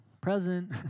Present